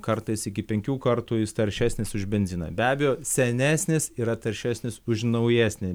kartais iki penkių kartų jis taršesnis už benziną be abejo senesnis yra taršesnis už naujesnį